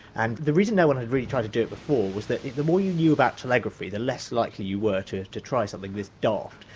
and the reason no one had really tried to do it before was that, the more you knew about telegraphy the less likely you were to to try something this daft.